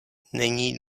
není